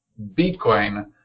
Bitcoin